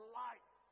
light